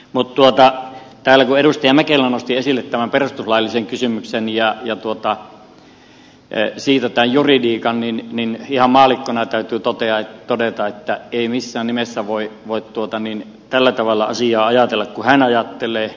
mutta täällä kun edustaja mäkelä nosti esille tämän perustuslaillisen kysymyksen ja siitä tämän juridiikan niin ihan maallikkona täytyy todeta että ei missään nimessä voi tällä tavalla asiaa ajatella kuin hän ajattelee